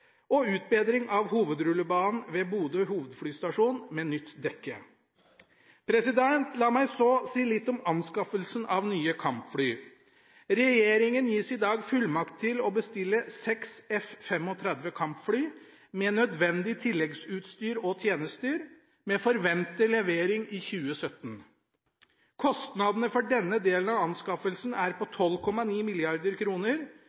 flyplass utbedring av hovedrullebanen ved Bodø hovedflystasjon med nytt dekke. La meg så si litt om anskaffelsen av ny kampfly. Regjeringen gis i dag fullmakt til å bestille seks F-35 kampfly – med nødvendig tilleggsutstyr og tjenester – med forventet levering i 2017. Kostnadene for denne delen av anskaffelsen er på